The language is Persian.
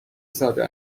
ساده